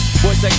boys